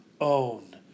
own